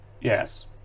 Yes